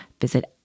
visit